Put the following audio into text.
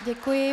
Děkuji.